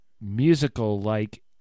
musical-like